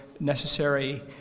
necessary